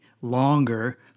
longer